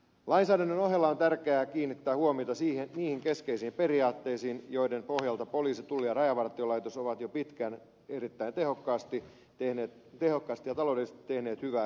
lainsäädännön ohella on tärkeää kiinnittää huomiota niihin keskeisiin periaatteisiin joiden pohjalta poliisi tulli ja rajavartiolaitos ovat jo pitkään erittäin tehokkaasti ja taloudellisesti tehneet hyvää yhteistyötä